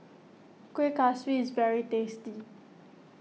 Kuih Kaswi is very tasty